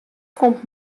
komt